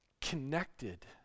connected